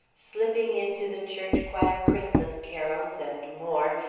slipping into the church choir christmas carols, and more,